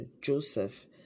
joseph